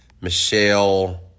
Michelle